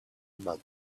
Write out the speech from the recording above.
month